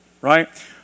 right